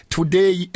Today